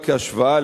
רק כהשוואה,